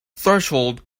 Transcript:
threshold